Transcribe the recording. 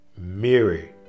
Mary